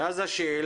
אז עולה השאלה,